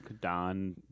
Don